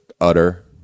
utter